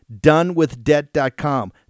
donewithdebt.com